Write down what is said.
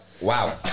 Wow